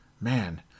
Man